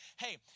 hey